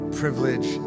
privilege